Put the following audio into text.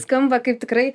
skamba kaip tikrai